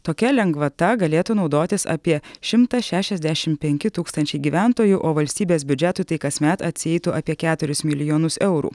tokia lengvata galėtų naudotis apie šimtas šešiasdešim penki tūkstančiai gyventojų o valstybės biudžetui tai kasmet atsieitų apie keturis milijonus eurų